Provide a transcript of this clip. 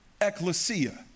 ecclesia